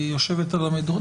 היא יושבת על המדוכה.